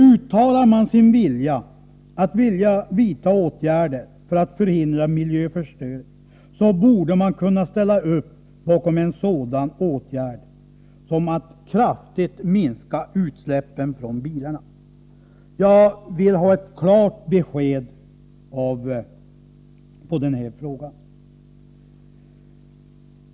Uttalar man sin vilja att vidta åtgärder för att förhindra miljöförstöring, borde man kunna ställa upp bakom en sådan åtgärd som att kraftigt minska utsläppen från bilarna. Jag vill ha ett klart besked i den här frågan.